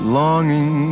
longing